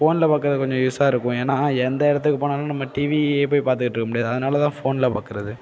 ஃபோனில் பார்க்குறது கொஞ்சம் ஈசியாக இருக்கும் ஏன்னா எந்த இடத்துக்கு போனாலும் நம்ம டிவியே போய் பார்த்துட்டு இருக்க முடியாது அதனால்தான் ஃபோனில் பார்க்குறது